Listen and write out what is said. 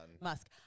Musk